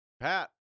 Pat